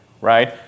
Right